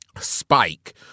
spike